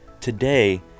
Today